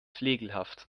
flegelhaft